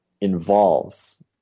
involves